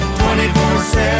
24-7